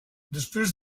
després